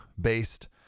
based